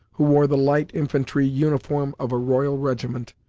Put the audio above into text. who wore the light infantry uniform of a royal regiment,